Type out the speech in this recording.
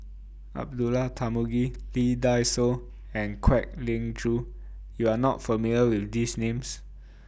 Abdullah Tarmugi Lee Dai Soh and Kwek Leng Joo YOU Are not familiar with These Names